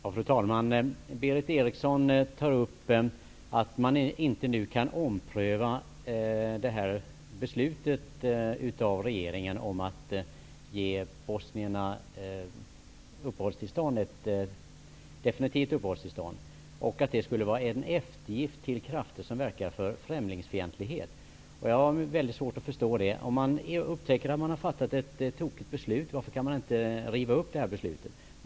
Fru talman! Berith Eriksson säger att man nu inte kan ompröva regeringens beslut att ge bosnierna permanent uppehållstillstånd och att det skulle vara en eftergift för krafter som verkar för främlingsfientlighet. Jag har svårt att förstå det. Om man upptäcker att man har fattat ett tokigt beslut, varför kan man då inte riva upp det?